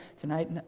tonight